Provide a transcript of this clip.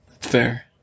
Fair